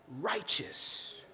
righteous